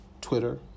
Twitter